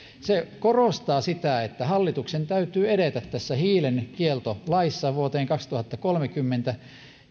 se korostaa sitä että hallituksen täytyy edetä tässä hiilenkieltolaissa vuoteen kaksituhattakolmekymmentä